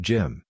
Jim